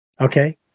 Okay